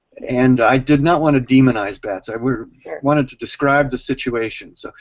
and i did not want to demonize bats. i wanted to describe the situations.